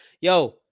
Yo